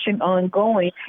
ongoing